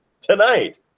tonight